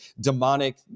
demonic